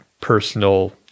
personal